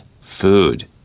food